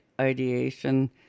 ideation